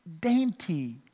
dainty